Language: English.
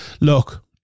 Look